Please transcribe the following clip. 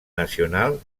nacional